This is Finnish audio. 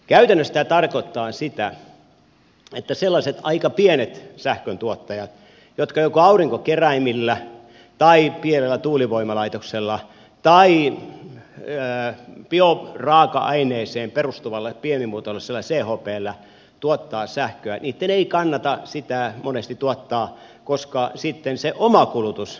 käytännössä tämä tarkoittaa sitä että sellaisten aika pienten sähköntuottajien jotka joko aurinkokeräimillä tai pienellä tuulivoimalaitoksella tai bioraaka aineeseen perustuvalla pienimuotoisella chpllä tuottavat sähköä ei kannata sitä monesti tuottaa koska sitten se oma kulutus menee verolle